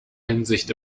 hinsicht